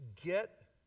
Get